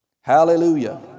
Hallelujah